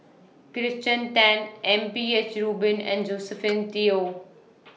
Kirsten Tan M P H Rubin and Josephine Teo